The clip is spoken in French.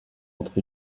entre